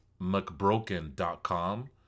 McBroken.com